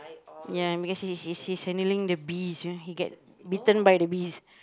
ya because he he's he's handling the bees you know he get bitten by the bees